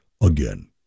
again